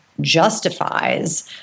justifies